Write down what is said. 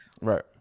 Right